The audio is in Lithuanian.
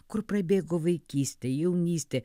kur prabėgo vaikystė jaunystė